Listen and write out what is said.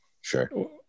Sure